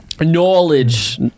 Knowledge